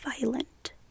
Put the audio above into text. violent